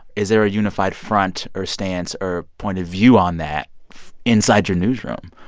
is there a unified front or stance or point of view on that inside your newsroom?